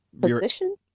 position